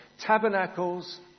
Tabernacles